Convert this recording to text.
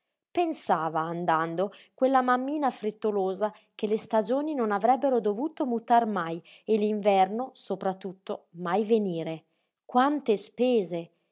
pensava andando quella mammina frettolosa che le stagioni non avrebbero dovuto mutar mai e l'inverno sopra tutto mai venire quante spese